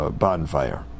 bonfire